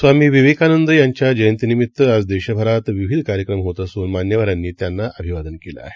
स्वामीविवेकानंदयांच्याजयंतीनिमित्तआजदेशभरातविविधकार्यकमहोतअसून मान्यवरांनीत्यांनाअभिवादनकेलंआहे